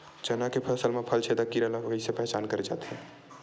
चना के फसल म फल छेदक कीरा ल कइसे पहचान करे जाथे?